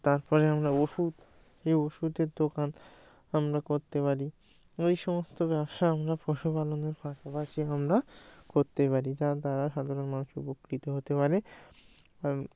তার পরে আমরা ওষুধ এই ওষুধের দোকান আমরা করতে পারি এই সমস্ত ব্যবসা আমরা পশুপালনের পাশাপাশি আমরা করতে পারি যার দ্বারা সাধারণ মানুষ উপকৃত হতে পারে আর